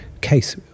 case